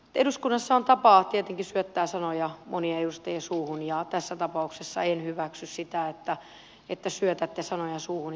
eduskunnassa on tapa tietenkin syöttää sanoja mo nien edustajien suuhun ja tässä tapauksessa en hyväksy sitä että syötätte sanoja suuhuni